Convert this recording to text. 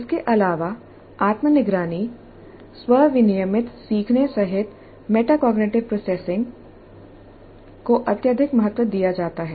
इसके अलावा आत्म निगरानी स्व विनियमित सीखने सहित मेटाकोग्निटिव प्रोसेसिंग को अत्यधिक महत्व दिया जाता है